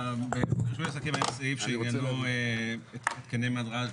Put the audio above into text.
בחוק רישוי עסקים היה סעיף שעניינו התקני מד רעש